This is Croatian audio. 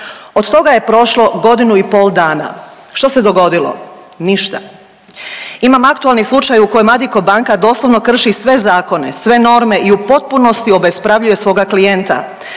Od toga je prošlo godinu i pola dana. Što se dogodilo? Ništa. Imam aktualni slučaj u koje Addiko banka doslovno krši sve zakone, sve norme i u potpunosti obespravljuje svoga klijenta.